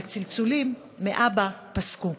והצלצולים מאבא פסקו.